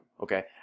okay